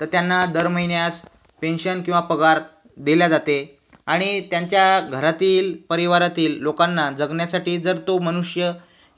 त त्यांना दर महिन्यास पेन्शन किंवा पगार दिला जाते आणि त्यांच्या घरातील परिवारातील लोकांना जगण्यासाठी जर तो मनुष्य